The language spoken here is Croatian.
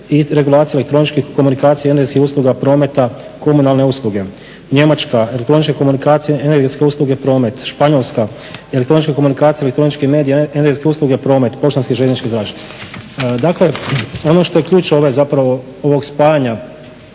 i regulacije elektroničkih komunikacija i energetskih usluga, prometa, komunalne usluge. Njemačka elektroničke komunikacije, energetske usluge, prometa, komunalne usluge. Španjolska elektroničke komunikacije, elektroničke medije, energetske usluge, promet poštanski, željeznički, zračni. Dakle, ono što je ključ zapravo ovog spajanja